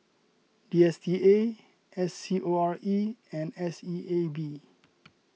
D S T A S C O R E and S E A B